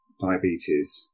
diabetes